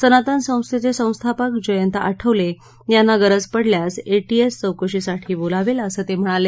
सनातन संस्थेचे संस्थापक जयंत आठवले यांना गरज पडल्यास एटीएस चौकशीसाठी बोलावेल असं ते म्हणाले